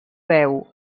veu